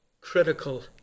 critical